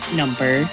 number